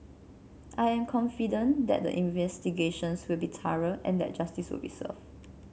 I am confident that the investigations will be thorough and that justice will be served